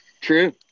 True